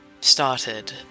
started